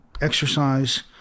exercise